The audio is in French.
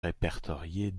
répertoriés